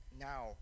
now